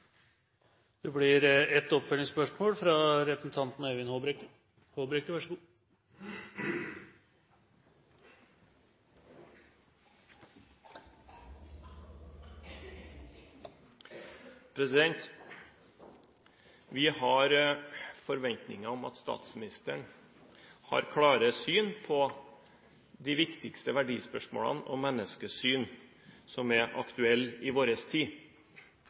Vi har forventninger om at statsministeren har klare syn på de viktigste verdispørsmålene om menneskesyn som er aktuelle i vår tid.